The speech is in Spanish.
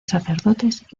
sacerdotes